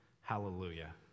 Hallelujah